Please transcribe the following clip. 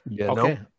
Okay